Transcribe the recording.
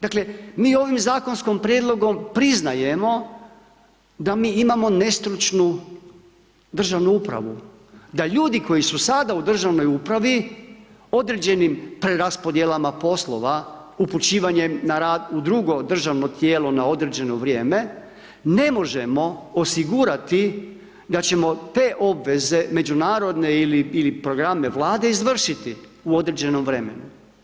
Dakle, mi ovim zakonskim prijedlogom priznajemo da mi imamo nestručnu državnu upravu, da ljudi koji su sada u državnoj upravi određenim preraspodjelama poslova, upućivanjem na rad u drugo državno tijelo na određeno vrijeme, ne možemo osigurati da ćemo te obveze, međunarodne ili programe Vlade izvršiti u određenom vremenu.